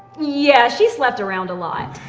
yeah, she slept around a lot.